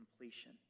completion